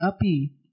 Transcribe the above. api